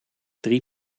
drie